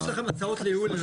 יש לכם הצעות לייעול?